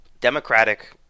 democratic